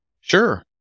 Sure